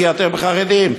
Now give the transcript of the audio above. כי אתם חרדים.